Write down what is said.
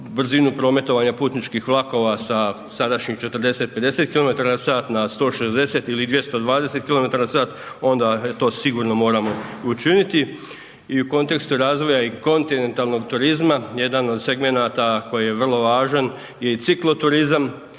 brzinu prometovanja putničkih vlakova sa sadašnjih 40, 50 km/h na 160 ili 220 km/h, onda to sigurno moramo i učiniti. I u kontekstu razvoja i kontinentalnog turizma jedan od segmenata koji je vrlo važan je i cikloturizam,